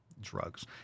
drugs